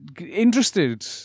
interested